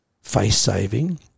face-saving